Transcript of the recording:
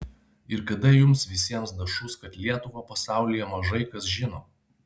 ir kada jums visiems dašus kad lietuvą pasaulyje mažai kas žino